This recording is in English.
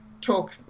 talk